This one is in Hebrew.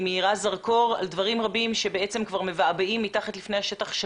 התקופה מאירה זרקור על דברים רבים שבעצם כבר מבעבעים מתחת לפני השטח שנ